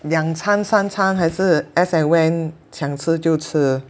两餐三餐还是 as and when 想吃就吃